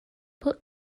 put